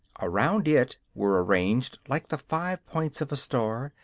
around it were arranged, like the five points of a star,